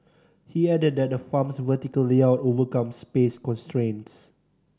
he added that the farm's vertical layout overcomes space constraints